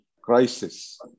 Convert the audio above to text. crisis